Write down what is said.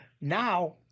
Now